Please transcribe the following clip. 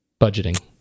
budgeting